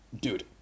dude